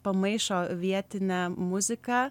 pamaišo vietinę muziką